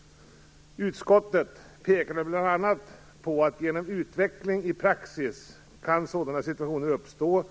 1994/95:SfU16). Utskottet pekade bl.a. på att genom utveckling i praxis kan sådana situationer uppstå